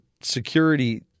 security